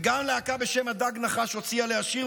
וגם להקה בשם הדג נחש הוציאה עליה שיר,